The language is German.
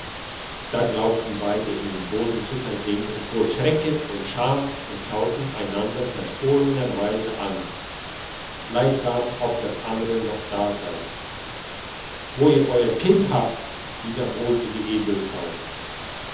da glaubten beide in den boden zu versinken vor schrecken und scham und schauten einander verstohlenerweise an gleichsam ob das andere noch da sei wo ihr euer kind habt wiederholte die